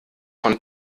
von